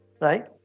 Right